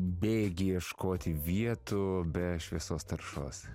bėgi ieškoti vietų be šviesos taršos